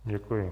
Děkuji.